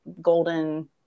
golden